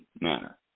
manner